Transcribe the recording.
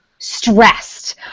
Stressed